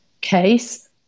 case